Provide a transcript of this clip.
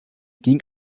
ging